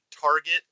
Target